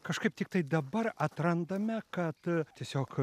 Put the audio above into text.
kažkaip tiktai dabar atrandame kad tiesiog